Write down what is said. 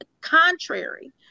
contrary